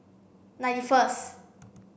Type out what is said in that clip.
ninety first